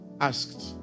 asked